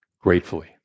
gratefully